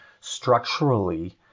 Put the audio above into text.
structurally